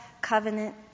covenant